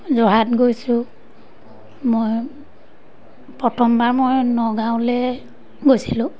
যোৰহাট গৈছোঁ মই প্ৰথমবাৰ মই নগাঁৱলৈ গৈছিলোঁ